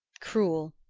cruel?